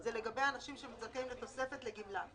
זה לגבי אנשים שזכאים לתוספת לגמלה,